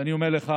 ואני אומר לך,